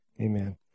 Amen